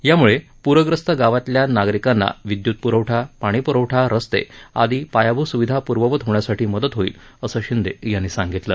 यामुळे प्रग्रस्त गावातल्या नागरिकांना विद्यत प्रवठा पाणी प्रवठा रस्ते आदी पायाभूत स्विधा पूर्ववत होण्यासाठी मदत होईल असं शिंदे यांनी सांगितलं